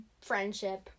friendship